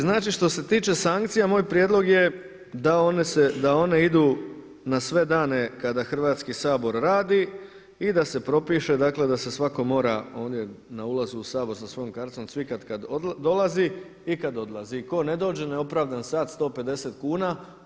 Znači što se tiče sankcija moj prijedlog je da one idu na sve dane kada Hrvatski sabor radi i da se propiše, dakle da se svatko mora ondje na ulazu u Sabor sa svojom karticom cvikati kad dolazi i kad odlazi i tko ne dođe neopravdan sat 150 kuna.